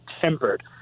tempered